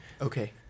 okay